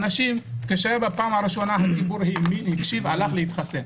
בפעם הראשונה הציבור הלך להתחסן.